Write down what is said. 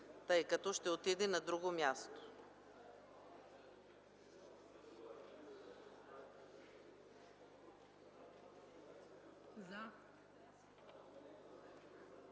тъй като ще отиде на друго място.